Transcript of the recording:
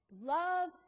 Love